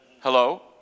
Hello